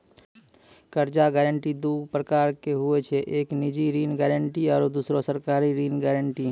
कर्जा गारंटी रो दू परकार हुवै छै एक निजी ऋण गारंटी आरो दुसरो सरकारी ऋण गारंटी